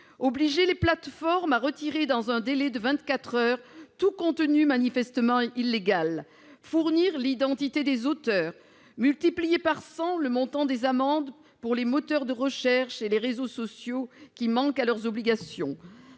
obliger les plateformes à retirer dans un délai de vingt-quatre heures tout contenu manifestement illégal ; fournir l'identité des auteurs ; multiplier par 100 le montant des amendes pour les moteurs de recherche et les réseaux sociaux qui manquent à leurs obligations